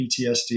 PTSD